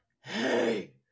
hey